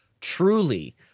truly